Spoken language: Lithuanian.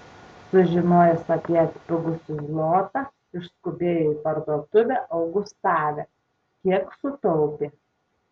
sužinojęs apie atpigusį zlotą išskubėjo į parduotuvę augustave kiek sutaupė